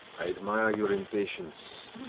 i admire your impatience.